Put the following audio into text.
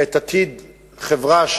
את עתיד החברה,